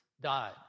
died